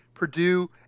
Purdue